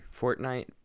Fortnite